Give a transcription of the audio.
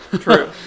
true